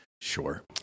sure